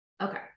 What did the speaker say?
Okay